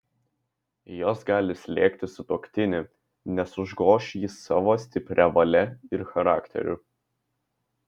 jos gali slėgti sutuoktinį nes užgoš jį savo stipria valia ir charakteriu